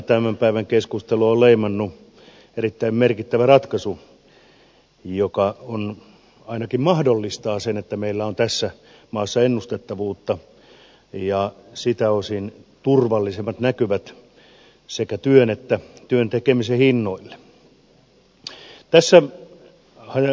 tämän päivän keskustelua on leimannut erittäin merkittävä ratkaisu joka ainakin mahdollistaa sen että meillä on tässä maassa ennustettavuutta ja siltä osin turvallisemmat näkymät sekä työn että työn tekemisen hinnoille